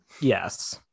Yes